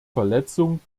verletzung